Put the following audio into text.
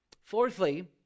Fourthly